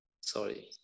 sorry